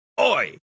Oi